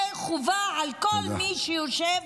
זה חובה על כל מי שיושב